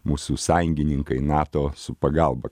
mūsų sąjungininkai nato su pagalba